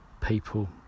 people